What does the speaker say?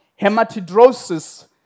hematidrosis